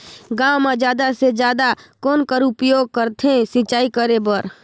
गांव म जादा से जादा कौन कर उपयोग करथे सिंचाई करे बर?